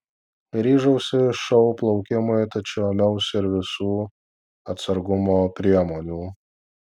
ryžausi šou plaukimui tačiau ėmiausi ir visų atsargumo priemonių